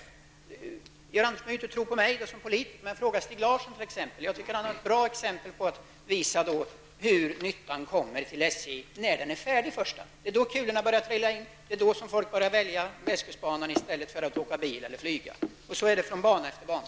Georg Andersson behöver inte tro på mig som är politiker. Fråga Stig Larsson t.ex. Jag tycker att han har bra exempel som visar att det hela blir till nytta för SJ först när det är färdigt. Det är då ''kulorna'' börjar trilla in, och det är då som folk börjar välja västkustbanan i stället för att åka bil eller flyga. Detsamma gäller bana efter bana.